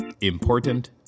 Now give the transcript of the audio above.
Important